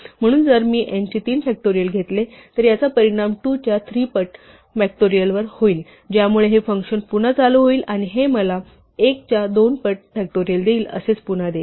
म्हणून जर मी 3 चे फॅक्टोरियल घेतले तर याचा परिणाम 2 च्या 3 पट फॅक्टोरियल होईल ज्यामुळे हे फंक्शन पुन्हा चालू होईल आणि हे मला 1 च्या 2 पट फॅक्टोरियल देईल आणि असेच पुन्हा देईल